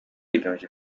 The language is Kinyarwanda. rigamije